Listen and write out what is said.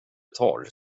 tar